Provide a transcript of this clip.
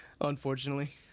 unfortunately